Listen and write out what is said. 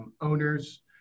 owners